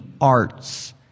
arts